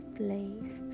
place